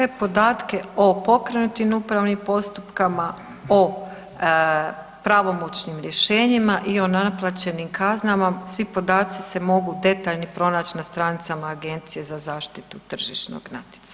Sve podatke o pokrenutim upravnim postupcima, o pravomoćnim rješenjima i o naplaćenim kaznama, svi podaci se mogu detaljni pronać na stranicama Agencije za zaštitu tržišnog natjecanja.